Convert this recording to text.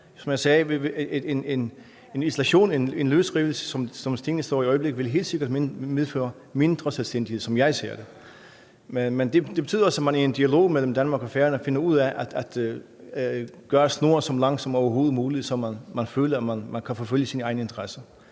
løsrivelse, som tingene står i øjeblikket, helt sikkert medføre mindre selvstændighed, som jeg ser det. Men det betyder altså, at man i en dialog mellem Danmark og Færøerne finder ud af at gøre snoren så lang som overhovedet muligt, så man føler, at man kan forfølge sine egne interesser.